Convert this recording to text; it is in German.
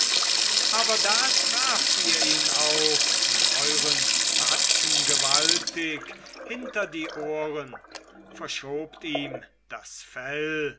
aber da traft ihr ihn auch mit euren tatzen gewaltig hinter die ohren verschobt ihm das fell